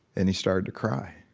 and he started to cry.